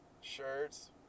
Shirts